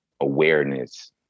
awareness